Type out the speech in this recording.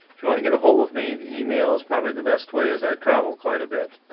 you want to get ahold of me the email is probably the best way as i travel quite a bit.